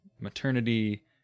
maternity